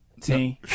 team